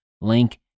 Link